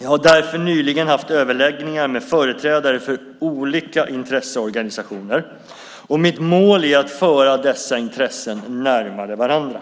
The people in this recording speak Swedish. Jag har därför nyligen haft överläggningar med företrädare för olika intresseorganisationer. Mitt mål är att föra dessa intressen närmare varandra.